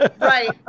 Right